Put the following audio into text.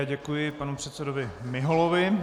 Já děkuji panu předsedovi Miholovi.